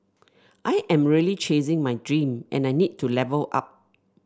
I am really chasing my dream and I need to level up